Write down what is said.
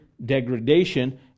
degradation